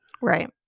Right